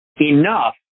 enough